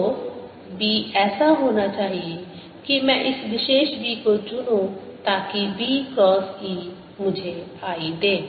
तो B ऐसा होना चाहिए कि मैं इस विशेष B को चुनूं ताकि B क्रॉस E मुझे i दे